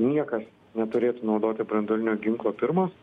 niekas neturėtų naudoti branduolinio ginklo pirmas